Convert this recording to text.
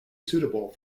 suitable